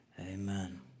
Amen